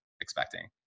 expecting